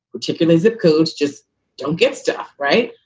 particular zip codes, just don't get stuff right.